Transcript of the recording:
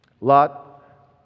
Lot